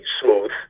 smooth